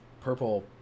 purple